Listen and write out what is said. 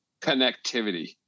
connectivity